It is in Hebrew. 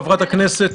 חברת הכנסת.